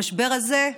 המשבר הזה,